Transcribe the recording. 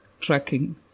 tracking